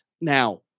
now